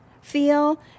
feel